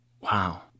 Wow